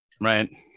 Right